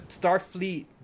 Starfleet